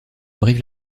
brive